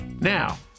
Now